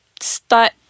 start